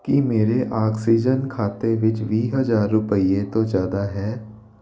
ਕੀ ਮੇਰੇ ਆਕਸੀਜਨ ਖਾਤੇ ਵਿੱਚ ਵੀਹ ਹਜ਼ਾਰ ਰੁਪਈਏ ਤੋਂ ਜ਼ਿਆਦਾ ਹੈ